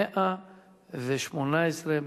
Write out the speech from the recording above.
118,